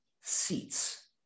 seats